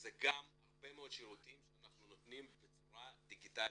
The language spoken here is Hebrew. זה גם הרבה מאוד שירותים שאנחנו נותנים בצורה דיגיטלית.